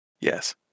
Yes